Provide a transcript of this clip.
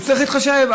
צריך להתחשב,